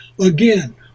Again